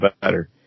better